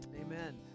Amen